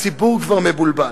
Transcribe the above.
הציבור כבר מבולבל.